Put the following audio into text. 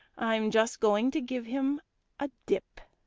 i'm just going to give him a dip.